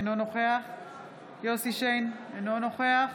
אינו נוכח יוסף שיין, אינו נוכח